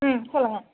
சொல்லுங்க